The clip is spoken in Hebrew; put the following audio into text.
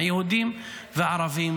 היהודים והערבים,